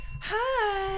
Hi